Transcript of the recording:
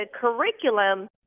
curriculum